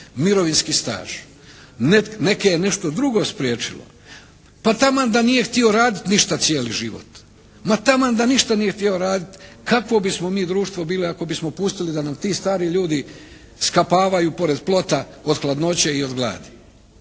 mirovinski staž, neke je nešto drugo spriječilo, pa taman da nije htio ništa raditi cijeli život, ma taman da ništa nije htio raditi kakvo bismo mi društvo bili ako bismo pustili da nam ti stari ljudi skapavaju pored plota od hladnoće i od gladi.